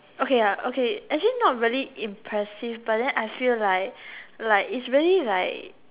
okay I okay actually not really impressive but then I feel like like its really like